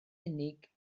unig